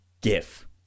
GIF